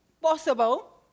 possible